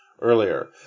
earlier